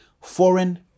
foreign